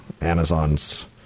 Amazon's